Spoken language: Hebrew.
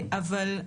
אבל,